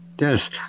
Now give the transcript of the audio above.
Yes